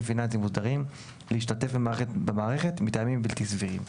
פיננסיים מוסדרים להשתתף במערכת מטעמים בלתי סבירים,